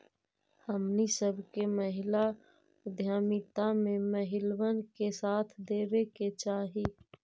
हमनी सब के महिला उद्यमिता में महिलबन के साथ देबे के चाहई